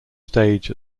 stage